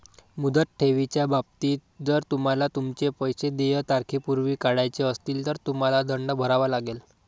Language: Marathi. मुदत ठेवीच्या बाबतीत, जर तुम्हाला तुमचे पैसे देय तारखेपूर्वी काढायचे असतील, तर तुम्हाला दंड भरावा लागेल